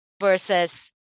versus